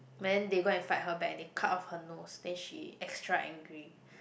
but then they go and fight her back and they cut off her nose then she extra angry